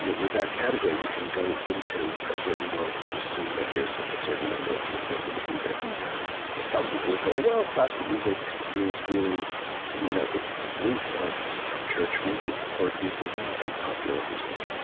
with that category, you can go into a certain world and assume that there's a certain number of things that are going to be there some people would say, well, classical music is really you know its roots are church music, court music and and popular music.